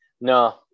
no